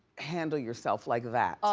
handle yourself like that?